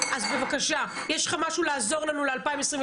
אז בבקשה, יש לך משהו לעזור לנו ל-2022?